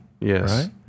Yes